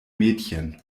mädchen